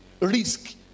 risk